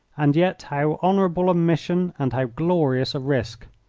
and yet how honourable a mission and how glorious a risk!